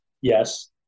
yes